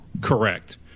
Correct